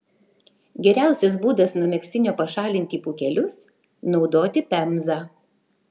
geriausias būdas nuo megztinio pašalinti pūkelius naudoti pemzą